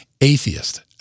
Atheist